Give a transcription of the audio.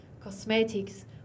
cosmetics